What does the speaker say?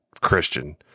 Christian